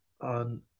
on